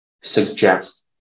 suggest